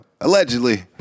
allegedly